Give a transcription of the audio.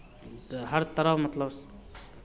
तऽ हर तरह मतलब